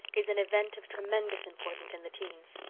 is an event of tremendous importance in the teens.